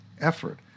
effort